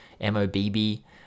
m-o-b-b